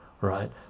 right